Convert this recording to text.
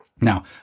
Now